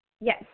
Yes